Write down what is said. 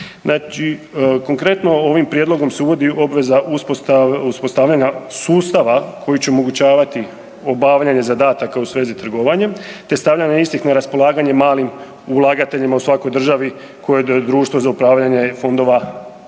Konkretno ovim prijedlogom se uvodi obveza uspostavljanja sustava koji će omogućavati obavljanje zadataka u svezi trgovanjem te stavljanje istih na raspolaganje malim ulagateljima u svakoj državi koje društvo za upravljanje fondova ima